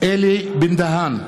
אלי בן-דהן,